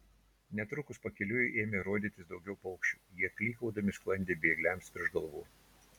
netrukus pakeliui ėmė rodytis daugiau paukščių jie klykaudami sklandė bėgliams virš galvų